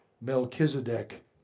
Melchizedek